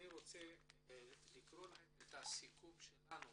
אני רוצה לקרוא לכם את הסיכום שלנו